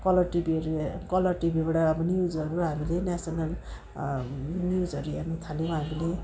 colour टिभीहरू colour टिभीबाट अब न्युजहरू हामीले नेसनल न्युजहरू हेर्नथाल्यौँ हामीले